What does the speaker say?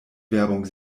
werbung